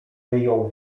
wyjął